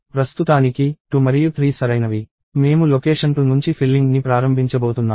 ప్రస్తుతానికి 2 మరియు 3 సరైనవి మేము లొకేషన్ 2 నుంచి ఫిల్లింగ్ ని ప్రారంభించబోతున్నాము